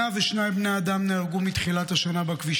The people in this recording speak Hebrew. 102 בני אדם נהרגו בכבישים מתחילת השנה.